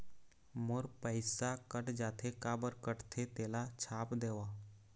मोर पैसा कट जाथे काबर कटथे तेला छाप देव?